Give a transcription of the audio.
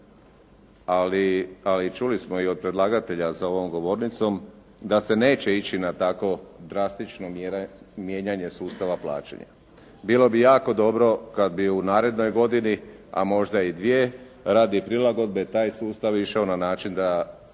ali čuli smo i od predlagatelja za ovom govornicom, da se neće ići na tako drastične mjere, mijenjanje sustava plaćanja. Bilo bi jako dobro kada bi u narednoj godini, a možda i dvije, radi prilagodbe taj sustav išao na način da